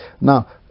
Now